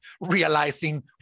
realizing